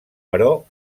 però